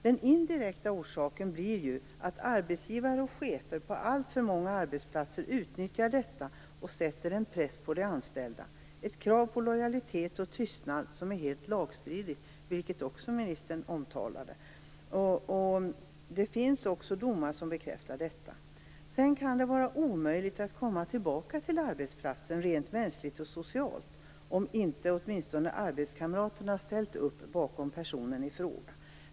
Den indirekta orsaken blir ju att arbetsgivare och chefer på alltför många arbetsplatser utnyttjar detta och sätter en press på de anställda, dvs. ett krav på lojalitet och tystnad som är helt lagstridigt - vilket också ministern omtalade. Det finns domar som bekräftar detta. Sedan kan det vara omöjligt att komma tillbaka till arbetsplatsen rent mänskligt och socialt, om inte åtminstone arbetskamraterna ställt upp bakom personen i fråga.